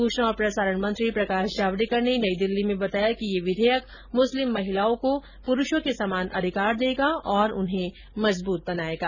सूचना और प्रसारण मंत्री प्रकाश जावड़ेकर ने नई दिल्ली में बताया कि ये विधेयक मुस्लिम महिलाओं को प्रूषों के समान अधिकार देगा और उन्हें मजबूत बनाएगा